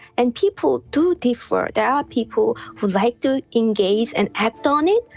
and people do differ. there are people who like to engage and act on it,